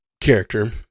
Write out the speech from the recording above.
character